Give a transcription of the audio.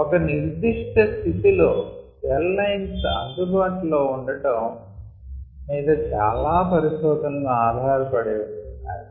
ఒక నిర్దిష్ట స్థితి లో సెల్ లైన్స్ అందుబాటులో ఉండటం మీద చాలా పరిశోధనలు ఆధారపడి ఉంటాయి